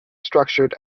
structured